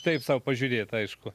taip sau pažiūrėt aišku